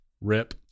Rip